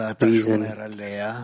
reason